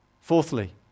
Fourthly